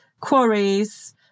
quarries